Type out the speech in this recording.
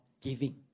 giving